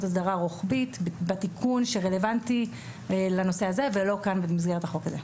הסדרה רוחבית בתיקון שרלוונטי לנושא הזה ולא כאן במסגרת החוק הזה.